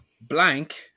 blank